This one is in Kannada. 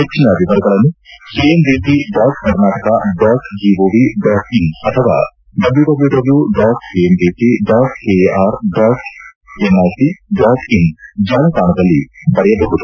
ಹೆಚ್ಚನ ವಿವರಗಳನ್ನು KMDC dot Karnataka dot GOV dot in ಅಥವಾ W W W dot KMDC dot K A R dot NIC dot EN ಜಾಲತಾಣದಲ್ಲಿ ಪಡೆಯಬಹುದು